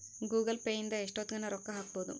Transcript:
Google Pay ಇಂದ ಎಷ್ಟೋತ್ತಗನ ರೊಕ್ಕ ಹಕ್ಬೊದು